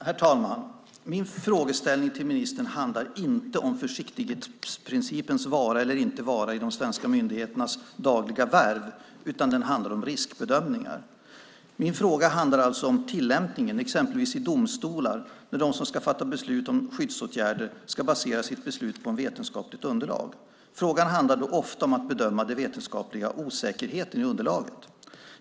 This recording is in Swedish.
Herr talman! Min frågeställning till ministern handlar inte om försiktighetsprincipens vara eller inte vara i de svenska myndigheternas dagliga värv, utan den handlar om riskbedömningar. Min fråga handlar alltså om tillämpningen, exempelvis i domstolar, när de som ska fatta beslut om skyddsåtgärder ska basera sitt beslut på ett vetenskapligt underlag. Frågan handlar då ofta om att bedöma den vetenskapliga osäkerheten i underlaget.